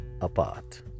apart